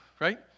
right